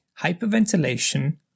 hyperventilation